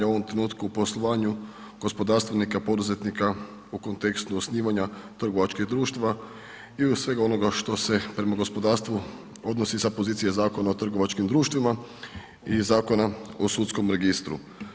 U ovom trenutku poslovanju gospodarstvenika, poduzetnika u kontekstu osnivanja trgovačkih društava i svega onoga što se prema gospodarstvu odnosi sa pozicije Zakona o trgovačkim društvima i Zakona o sudskom registru.